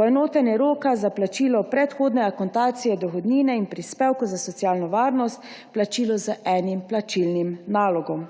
poenotenje roka za plačilo predhodne akontacije dohodnine in prispevkov za socialno varnost, plačilo z enim plačilnim nalogom.